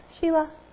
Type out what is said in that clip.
Sheila